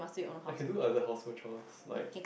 I can do other household chores like